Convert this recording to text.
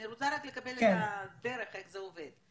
אני רוצה לקבל רק את הדרך שזה עובד,